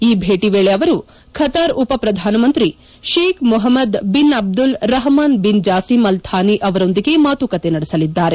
ಈ ಭೇಟಿ ವೇಳೆ ಅವರು ಖತಾರ್ ಉಪ ಪ್ರಧಾನಮಂತ್ರಿ Sheikh Mohammed bin Abdul Rahman bin Jassim Al Thani ಅವರೊಂದಿಗೆ ಮಾತುಕತೆ ನಡೆಸಲಿದ್ದಾರೆ